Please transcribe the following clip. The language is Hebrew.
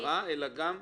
אליו.